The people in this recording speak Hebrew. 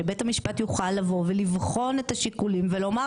שבית המשפט יוכל לבוא ולבחון את השיקולים ולומר